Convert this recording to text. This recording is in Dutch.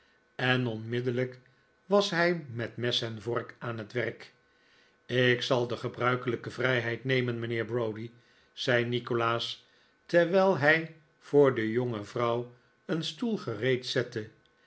en onmiddellijk was hij met mes en vork aan het werk ik zal de gebruikelijke vrijheid nemen mijnheer browdie zei nikolaas terwijl hij voor de jonge vrouw een stoel gereed zette